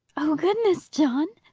oh goodness, john!